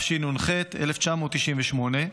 התשנ"ח 1998,